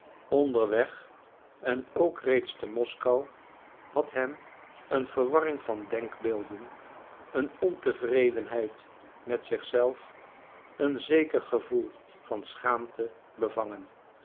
onderweg en ook reeds te moskou had hem een verwarring van denkbeelden een ontevredenheid met zich zelf een zeker gevoel van schaamte bevangen